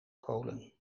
kolen